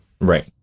Right